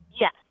Yes